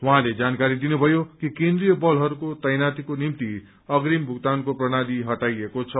उहाँले जानकारी दिनुभयो कि केन्द्रीय बलहरूको तैनाथीको निम्ति अप्रिम भुक्तानको प्रणाली हटाइएको छ